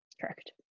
Correct